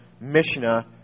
Mishnah